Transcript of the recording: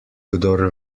kdor